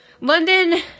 London